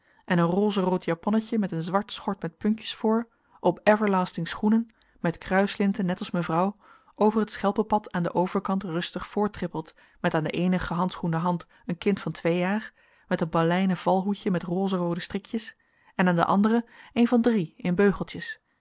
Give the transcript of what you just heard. en een rozerood japonnetje met een zwart schort met puntjes voor op everlasting schoenen met kruislinten net als mevrouw over het schelpenpad aan den overkant rustig voorttrippelt met aan de eene gehandschoende hand een kind van twee jaar met een baleinen valhoedje met rozeroode strikjes en aan de andere een van drie in beugeltjes